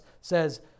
says